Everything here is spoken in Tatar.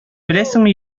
беләсеңме